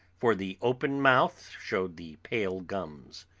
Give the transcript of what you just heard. for the open mouth showed the pale gums.